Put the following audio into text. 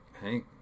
Hank